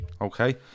Okay